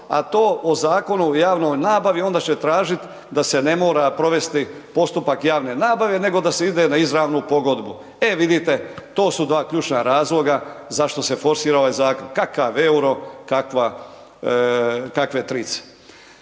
a to o Zakonu o javnoj nabavi onda će tražit da se ne mora provesti postupak javne nabave nego da se ide na izravnu pogodbu. E vidite to su dva ključna razloga zašto se forsira zakon, kakav EUR-o, kakve trice.